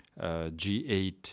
G8